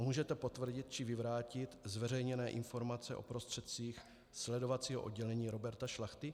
Můžete potvrdit či vyvrátit zveřejněné informace o prostředcích sledovacího oddělení Roberta Šlachty?